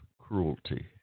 cruelty